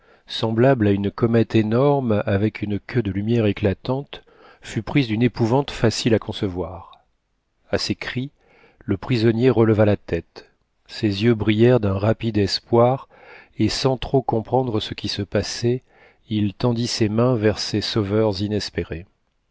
semblable à une comète énorme avec une queue de lumière éclatante fut prise d'une épouvante facile à concevoir a ses cris le prisonnier releva la tête ses yeux brillèrent dun rapide espoir et sans trop comprendre ce qui se passait il tendit ses mains vers ces sauveurs inespérés